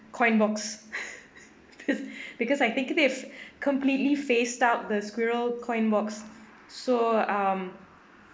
coin box because I think it is completely phased out the squirrel coin box so um